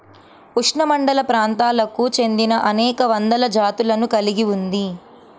ఉష్ణమండలప్రాంతాలకు చెందినఅనేక వందల జాతులను కలిగి ఉంది